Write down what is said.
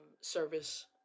service